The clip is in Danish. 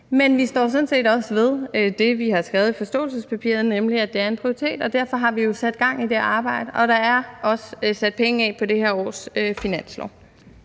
Men vi står sådan set også ved det, vi har skrevet i forståelsespapiret, nemlig at det er en prioritet, og derfor har vi jo sat gang i det arbejde. Og der er også sat penge af på det her års finanslov.